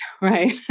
Right